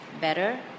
better